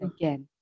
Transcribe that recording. again